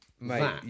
Mate